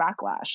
backlash